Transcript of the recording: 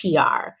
PR